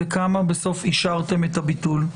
ולכמה בסוף אישרתם את הביטול?